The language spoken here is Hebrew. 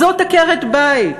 זאת עקרת-בית.